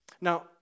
Now